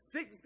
Six